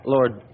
Lord